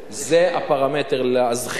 זה הפרמטר לזכייה,